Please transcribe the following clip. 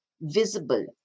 visible